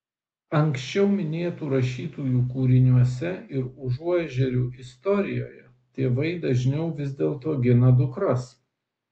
anksčiau minėtų rašytojų kūriniuose ir užuožerių istorijoje tėvai dažniau vis dėlto gina dukras